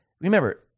Remember